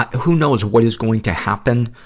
who knows what is going to happen,